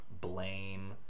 blame